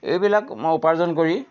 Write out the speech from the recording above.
এইবিলাক মই উপাৰ্জন কৰি